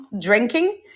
drinking